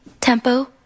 tempo